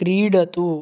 क्रीडतु